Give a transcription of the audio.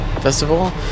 festival